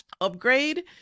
upgrade